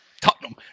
Tottenham